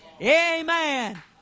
Amen